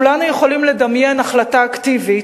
כולנו יכולים לדמיין החלטה אקטיבית,